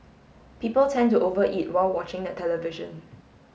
people tend to over eat while watching the television